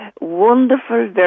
wonderful